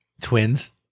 twins